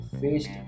faced